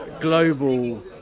global